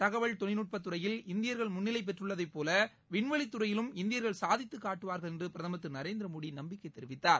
தகவல் தொழில்நுட்பத்துறையில் இந்தியர்கள் முன்னிலை பெற்றுள்ளதைபோல விண்வெளித் துறையிலும் இந்தியர்கள் சாதித்து காட்டுவார்கள் என்று பிரதமர் திரு நரேந்திரமோடி நம்பிக்கை தெரிவித்தார்